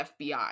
FBI